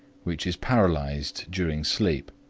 which is paralyzed during sleep.